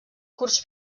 kurds